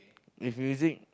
if music